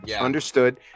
Understood